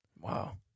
Wow